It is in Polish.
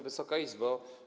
Wysoka Izbo!